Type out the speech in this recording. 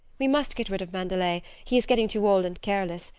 we must get rid of mandelet he is getting too old and careless.